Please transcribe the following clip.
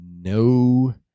no